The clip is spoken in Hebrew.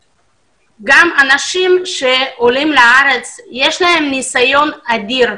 אנשים שעולים לארץ, יש להם ניסיון אדיר.